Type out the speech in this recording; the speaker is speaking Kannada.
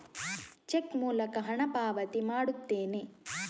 ಚೆಕ್ ಮೂಲಕ ಹಣ ಪಾವತಿ ಮಾಡುತ್ತೇನೆ